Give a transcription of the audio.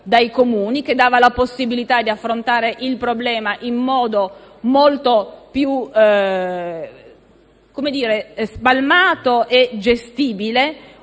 che dava la possibilità di affrontare il problema in modo molto più spalmato e gestibile.